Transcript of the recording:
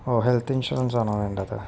ഓ health ഇൻഷുറൻസാണോ വേണ്ടത്